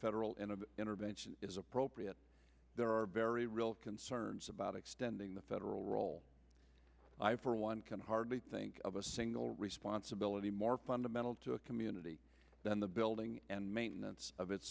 federal intervention is appropriate there are very real concerns about extending the federal role i for one can hardly think of a single responsibility more fundamental to a community than the building and maintenance of its